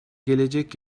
gelecek